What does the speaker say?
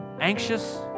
anxious